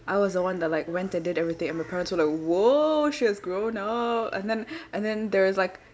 I was the one that like went and did everything and my parents was like !wow! she has grown up and then and then there is like